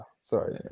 sorry